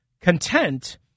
content